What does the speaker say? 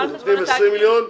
הוא נותן 20 מיליון,